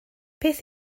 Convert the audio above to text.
beth